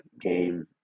game